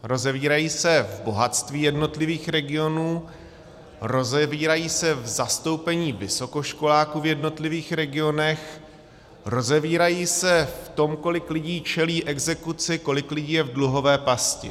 Rozevírají se v bohatství jednotlivých regionů, rozevírají se v zastoupení vysokoškoláků v jednotlivých regionech, rozevírají se v tom, kolik lidí čelí exekuci, kolik lidí je v dluhové pasti.